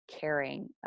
caring